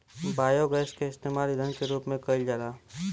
biogas के इस्तेमाल ईधन के रूप में कईल जाला